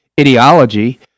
ideology